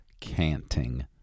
canting